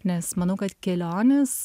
nes manau kad kelionės